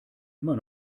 immer